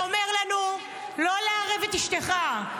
-- אומר לנו לא לערב את אשתך,